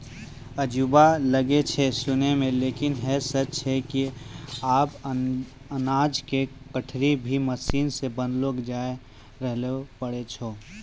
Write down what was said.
अजूबा लागै छै सुनै मॅ लेकिन है सच छै कि आबॅ अनाज के गठरी भी मशीन सॅ बनैलो जाय लॅ पारै छो